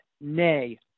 nay